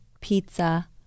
pizza